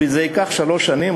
זה ייקח שלוש שנים,